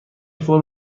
فرم